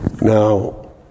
Now